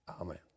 Amen